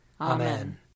Amen